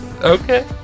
Okay